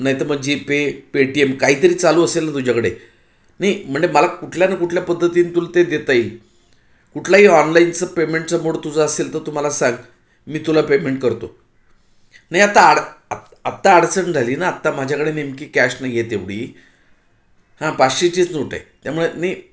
नाहीतर मग GPay Paytm काही तरी चालू असेल ना तुझ्याकडे नाही म्हणजे मला कुठल्या ना कुठल्या पद्धतीन तुला ते देता येईल कुठलाही ऑनलाईनचं पेमेंटचं मोड तुझं असेल तर तू मला सांग मी तुला पेमेंट करतो नाही आता आड आत् आत्ता अडचण झाली ना आत्ता माझ्याकडे नेमकी कॅश नाही आहे तेवढी हां पाचशेचीच नोट आहे त्यामुळे नाही